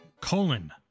colon